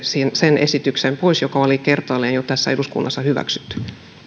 sen esityksen pois joka oli jo kertaalleen tässä eduskunnassa hyväksytty